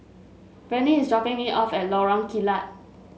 Vernie is dropping me off at Lorong Kilat